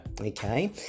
okay